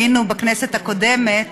היינו בכנסת הקודמת,